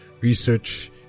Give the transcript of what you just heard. research